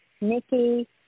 Nikki